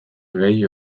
gehi